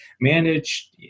manage